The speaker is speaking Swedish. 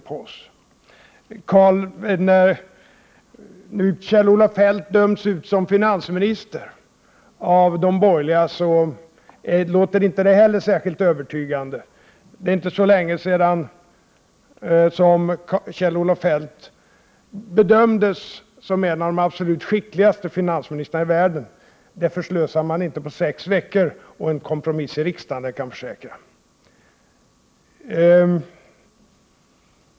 När Kjell-Olof Feldt döms ut som finansminister av de borgerliga låter inte det heller särskilt övertygande. Det är inte så länge sedan Kjell-Olof Feldt bedömdes som en av de absolut skickligaste finansministrarna i världen. Det omdömet förslösar man inte på sex veckor och en kompromiss i riksdagen, det kan jag försäkra.